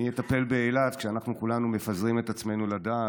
מי יטפל באילת כשאנחנו כולנו מפזרים את עצמנו לדעת?